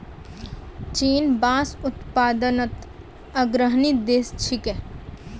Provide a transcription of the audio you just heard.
चीन बांस उत्पादनत अग्रणी देश छिके